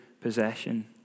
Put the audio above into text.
possession